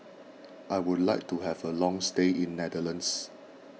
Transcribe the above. I would like to have a long stay in Netherlands